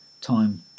Time